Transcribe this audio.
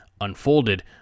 unfolded